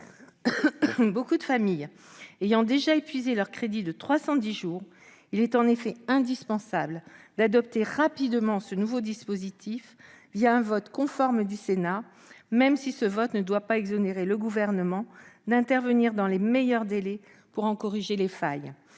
nombreuses familles ayant déjà épuisé leur crédit de 310 jours, il est en effet indispensable d'adopter rapidement ce nouveau dispositif, un vote conforme du Sénat, même si ce vote ne doit pas exonérer le Gouvernement d'intervenir dans les meilleurs délais pour en corriger les failles.